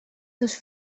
dos